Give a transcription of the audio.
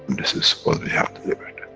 this is what we have delivered.